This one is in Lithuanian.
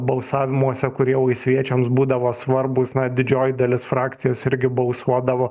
balsavimuose kurie laisviečiams būdavo svarbūs na didžioji dalis frakcijos irgi balsuodavo